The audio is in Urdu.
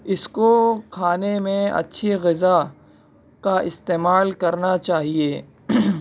اس کو کھانے میں اچھی غذا کا استعمال کرنا چاہیے